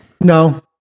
No